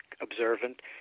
observant